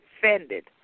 offended